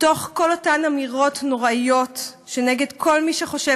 מתוך כל אותן אמירות נוראיות כנגד כל מי שחושב